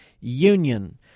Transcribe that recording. Union